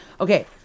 Okay